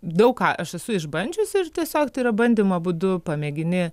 daug ką aš esu išbandžiusi ir tiesiog tai yra bandymo būdu pamėgini